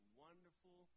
wonderful